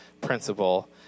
principal